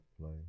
play